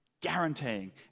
guaranteeing